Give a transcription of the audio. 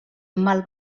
mal